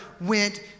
went